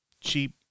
cheap